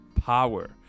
power